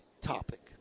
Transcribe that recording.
topic